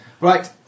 Right